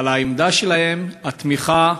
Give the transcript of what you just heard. על העמדה שלהם, התמיכה